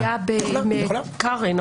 אני מצביעה במקום חבר הכנסת קרעי.